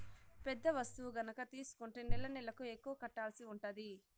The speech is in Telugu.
పెద్ద వస్తువు గనక తీసుకుంటే నెలనెలకు ఎక్కువ కట్టాల్సి ఉంటది